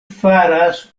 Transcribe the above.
faras